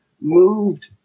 moved